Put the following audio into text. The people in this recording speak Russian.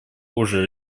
уже